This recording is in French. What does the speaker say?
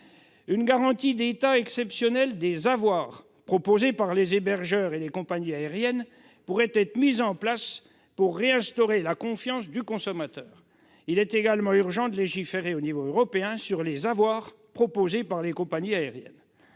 Une garantie d'État exceptionnelle des avoirs proposés par les hébergeurs et par les compagnies aériennes pourrait être mise en place, pour réinstaurer la confiance des consommateurs. Il est également urgent de légiférer à l'échelon européen sur les avoirs proposés par les compagnies aériennes.